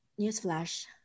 newsflash